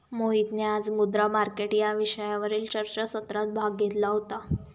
मोहितने आज मुद्रा मार्केट या विषयावरील चर्चासत्रात भाग घेतला होता